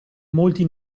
molti